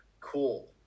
Cool